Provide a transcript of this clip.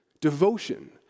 Devotion